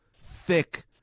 thick